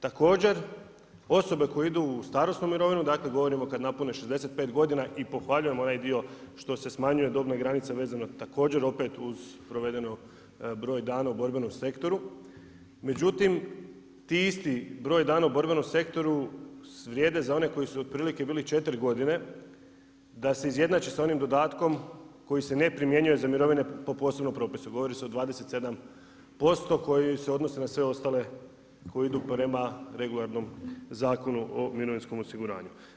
Također, osobe koje idu u starosnu mirovinu, dakle govorimo kad napune 65 godina i pohvaljujem onaj dio što se smanjuju dobna granica vezano također opet uz provedeno broj dana u borbenom sektoru, međutim ti isti broj dana u borbenom sektoru vrijede za one koju su otprilike bili 4 godine, da se izjednači sa onim dodatkom koji se ne primjenjuje za mirovine po posebnom propisu, govori se o 27% koji se odnose na sve ostale, koji idu prema regularnom Zakonu o mirovinskom osiguranju.